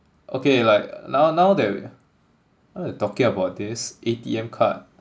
okay like now now that we're now that we're talking about this A_T_M card